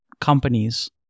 companies